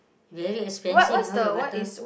very expensive how you butter